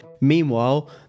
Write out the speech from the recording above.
Meanwhile